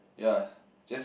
ya just